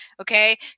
okay